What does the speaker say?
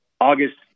August